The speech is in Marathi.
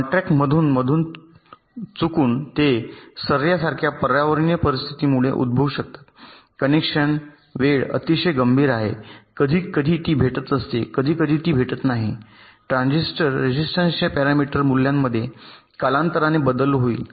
कॉन्ट्रास्ट मधून मधून चुकून ते सैर्यासारख्या पर्यावरणीय परिस्थितीमुळे उद्भवू शकतात कनेक्शन वेळ अतिशय गंभीर आहे कधी कधी ती भेटत असते कधी कधी ती भेटत नाही ट्रान्झिस्टर रेसिस्टन्सच्या पॅरामीटर मूल्यांमध्ये कालांतराने बदल होईल